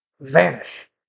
vanish